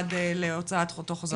עד להוצאת אותו חוזר מנכ"ל.